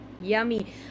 yummy